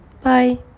Bye